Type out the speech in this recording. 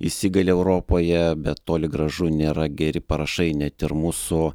įsigali europoje bet toli gražu nėra geri parašai net ir mūsų